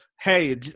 hey